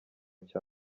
cya